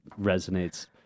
resonates